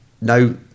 No